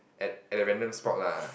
at at a random spot lah